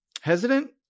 Hesitant